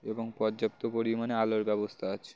এবং পর্যাপ্ত পরিমাণে আলোর ব্যবস্থা আছে